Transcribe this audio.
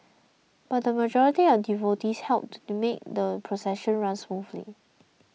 but the majority of devotees helped to make the procession run smoothly